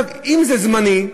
אם זה זמני,